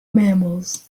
mammals